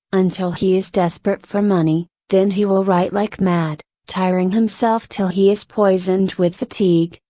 until he is desperate for money, then he will write like mad, tiring himself till he is poisoned with fatigue,